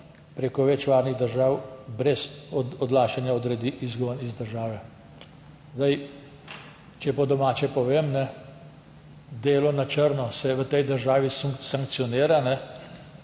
preko več varnih držav, brez odlašanja odredil izgon iz države. Če po domače povem, delo na črno se v tej državi sankcionira,